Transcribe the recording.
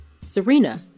Serena